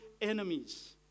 enemies